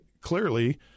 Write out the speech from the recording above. Clearly